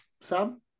Sam